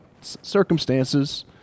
circumstances